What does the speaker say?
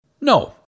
No